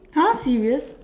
how serious